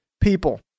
people